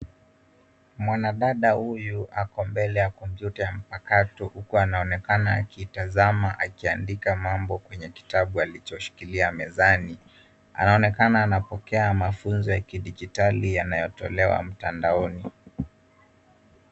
Mwanadada huyu ako mbele ya kompyuta mpakato huku anaonekana akitazama akiandika mambo kwenye kitabu alichoshikilia mezani. Anaonekana anapokea mafunzo ya kidijitali yanayotolewa mtandaoni.